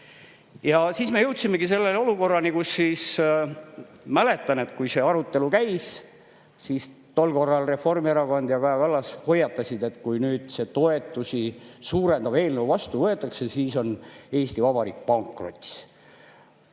Ja siis me jõudsimegi selle olukorrani, kus tookord, mäletan, kui see arutelu käis, Reformierakond ja Kaja Kallas hoiatasid, et kui nüüd see toetusi suurendav eelnõu vastu võetakse, siis on Eesti Vabariik pankrotis.